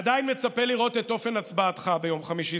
אני עדיין מצפה לראות את אופן הצבעתך ביום חמישי,